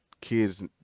kids